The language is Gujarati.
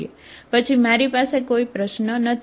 પછી મારી પાસે કોઈ પ્રશ્ન નથી